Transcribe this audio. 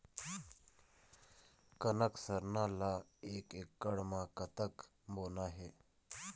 कनक सरना ला एक एकड़ म कतक बोना हे?